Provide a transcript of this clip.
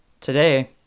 Today